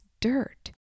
dirt